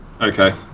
Okay